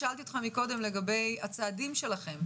ולכן, שאלתי אותך קודם לגבי הצעדים שלכם.